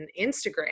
instagram